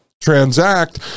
transact